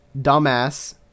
Dumbass